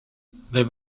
they